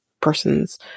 person's